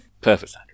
Perfect